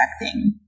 expecting